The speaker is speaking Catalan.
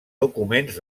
documents